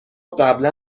قبلا